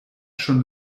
schon